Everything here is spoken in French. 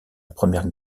première